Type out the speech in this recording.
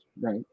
right